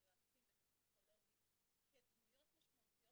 את היועצים ואת הפסיכולוגים כדמויות משמעותיות